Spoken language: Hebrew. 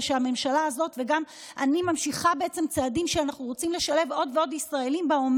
ושהממשלה הזו ממשיכה בעצם צעדים שאנחנו רוצים לשלב עוד ועוד ישראלים בה,